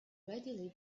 readily